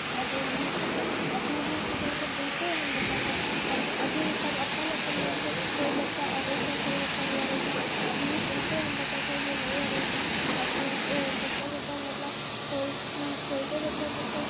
आब अभी भी की कहैत छै बहुते एहन बच्चा छै आओर फिर अभी सभ अपन अपन मनसँ कोइ बच्चा अबैत छै कोइ बच्चा नहि अबैत छै अभी भी बहुते एहन बच्चा छै जे नहि अबैत छै आओर फेर जकर जकर मतलब कोइ कोइ कोइके बच्चा जे छै